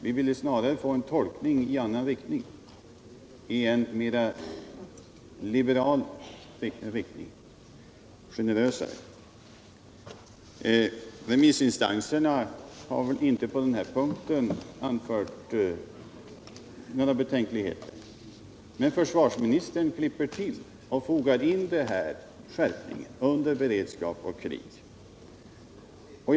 Vi ville snarare få en tolkning i mera liberal riktning, en generösare tolkning. Remissinstanserna har väl inte anfört några betänkligheter på den här punkten? Men försvarsministern klipper till och fogar in skärpningen ”under beredskap och krig” i den nya lagtexten.